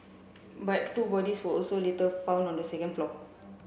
but two bodies were also later found on the second floor